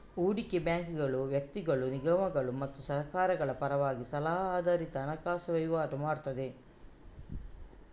ಹೂಡಿಕೆ ಬ್ಯಾಂಕಿಂಗು ವ್ಯಕ್ತಿಗಳು, ನಿಗಮಗಳು ಮತ್ತು ಸರ್ಕಾರಗಳ ಪರವಾಗಿ ಸಲಹಾ ಆಧಾರಿತ ಹಣಕಾಸು ವೈವಾಟು ಮಾಡ್ತದೆ